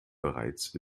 bereits